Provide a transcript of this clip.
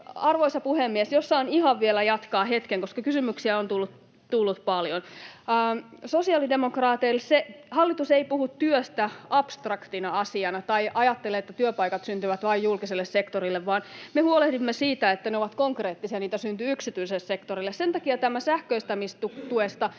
Arvoisa puhemies, jos saan vielä jatkaa ihan hetken, koska kysymyksiä on tullut paljon. Sosiaalidemokraateille: Hallitus ei puhu työstä abstraktina asiana tai ajattele, että työpaikat syntyvät vain julkiselle sektorille, vaan me huolehdimme siitä, että ne ovat konkreettisia, niitä syntyy yksityiselle sektorille. Sen takia tämä sähköistämistuesta